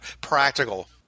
practical